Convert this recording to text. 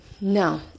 no